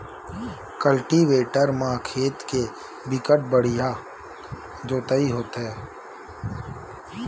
cultivator म खेत के बिकट बड़िहा जोतई होथे